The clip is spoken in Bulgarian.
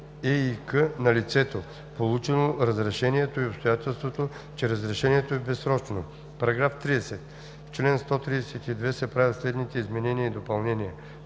на лицето, получило разрешението и обстоятелството, че разрешението е безсрочно.“ § 30. В чл. 132 се правят следните изменения и допълнения: